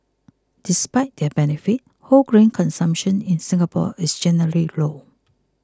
despite their benefits whole grain consumption in Singapore is generally low